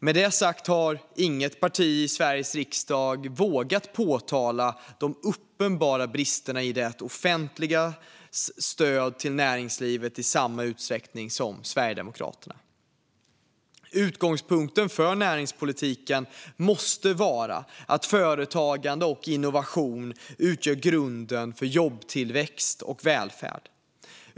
Med det sagt har inget parti i Sveriges riksdag vågat påtala de uppenbara bristerna i de offentliga stöden till näringslivet i samma utsträckning som Sverigedemokraterna. Utgångspunkten för näringspolitiken måste vara att företagande och innovation utgör grunden för jobbtillväxt och välfärd.